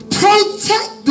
protect